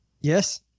yes